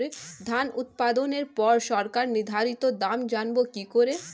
ধান উৎপাদনে পর সরকার নির্ধারিত দাম জানবো কি করে?